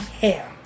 hair